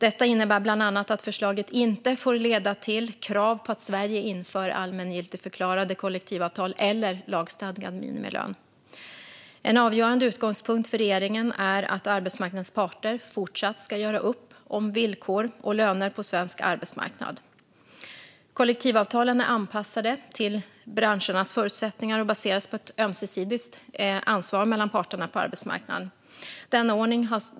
Detta innebär bland annat att förslaget inte får leda till krav på att Sverige inför allmängiltigförklarade kollektivavtal eller lagstadgad minimilön. En avgörande utgångspunkt för regeringen är att arbetsmarknadens parter fortsatt ska göra upp om villkor och löner på svensk arbetsmarknad. Kollektivavtalen är anpassade till branschernas förutsättningar och baseras på ett ömsesidigt ansvar mellan parterna på arbetsmarknaden.